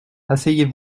asseyez